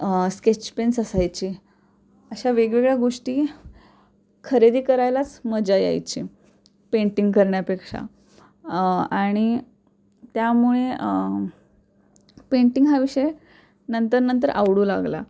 sketch pens असायचे अशा वेगवेगळ्या गोष्टी खरेदी करायलाच मजा यायचे पेंटिंग करण्यापेक्षा आणि त्यामुळे पेंटिंग हा विषय नंतर नंतर आवडू लागला